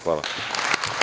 Hvala.